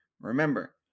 remember